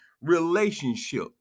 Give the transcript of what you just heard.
relationship